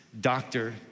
doctor